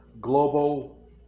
global